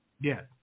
Yes